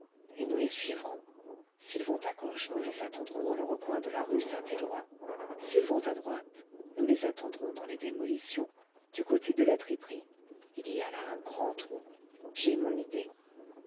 et nous les suivrons s'ils vont à gauche nous les attendrons dans le recoin de la rue saint éloi s'ils vont à droite nous les attendrons dans les démolitions du côté de la triperie il y a là un grand trou j'ai mon idée